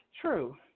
true